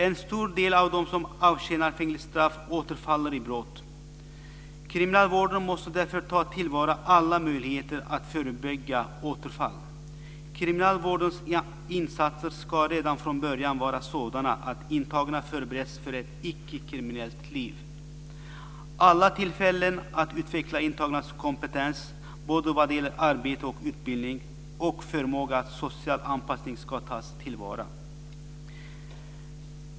En stor del av dem som avtjänar fängelsestraff återfaller i brott. Kriminalvården måste därför ta till vara alla möjligheter att förebygga återfall. Kriminalvårdens insatser ska redan från början vara sådana att intagna förbereds för ett icke-kriminellt liv. Alla tillfällen att utveckla intagnas kompetens vad gäller arbete och utbildning och förmåga till social anpassning ska tas till vara.